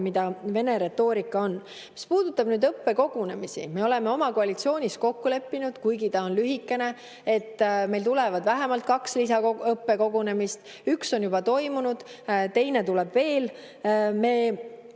mis on Vene retoorika. Mis puudutab õppekogunemisi, siis me oleme koalitsioonis kokku leppinud, kuigi aeg on lühikene, et meil tuleb vähemalt kaks lisaõppekogunemist. Üks on juba toimunud, teine tuleb veel. Me